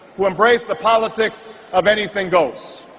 who embrace the politics of anything goes.